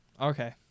Okay